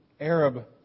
Arab